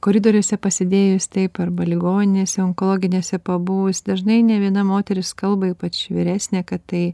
koridoriuose pasėdėjus taip arba ligoninėse onkologinėse pabuvus dažnai nė viena moteris kalba ypač vyresnė kad tai